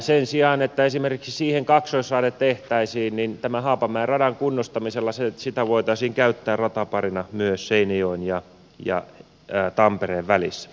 sen sijaan että siihen esimerkiksi kaksoisraide tehtäisiin tämän haapamäen radan kunnostamisella sitä voitaisiin käyttää rataparina myös seinäjoen ja tampereen välissä